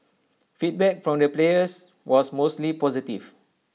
feedback from the players was mostly positive